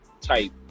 type